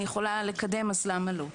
אם אני יכולה גם לקדם אז למה לא?.